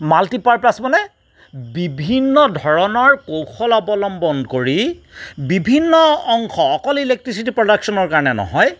multi purpose মানে বিভিন্ন ধৰণৰ কৌশল অৱলম্বন কৰি বিভিন্ন অংশ অকল ইলেক্ট্ৰিচিটি প্ৰডাকচনৰ কাৰণে নহয়